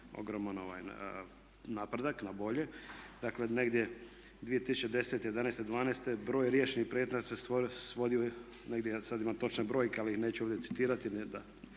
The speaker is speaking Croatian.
ogroman napredak na bolje. Dakle, negdje 2010., jedanaeste, dvanaeste broj riješenih predmeta se svodio negdje ja sad imam točne brojke ali ih neću ovdje citirati,